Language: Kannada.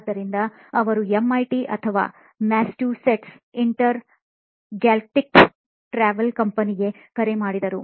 ಆದ್ದರಿಂದ ಅವರು ಎಂಐಟಿ ಅಥವಾ ಮ್ಯಾಸಚೂಸೆಟ್ಸ್ ಇಂಟರ್ ಗ್ಯಾಲಕ್ಟಿಕ್ ಟ್ರಾವೆಲ್ ಕಂಪನಿಗೆ ಕರೆ ಮಾಡಿದರು